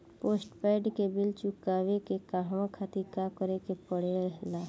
Postpaid के bill चुकावे के कहवा खातिर का करे के पड़ें ला?